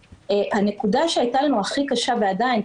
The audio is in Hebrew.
הנקודה שהייתה לנו הכי קשה ועדיין,